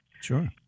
Sure